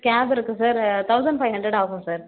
gap இருக்கு sir thousand five hundred ஆகும் sir